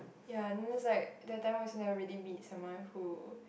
ya looks like that time also never really meet someone who